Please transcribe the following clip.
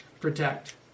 protect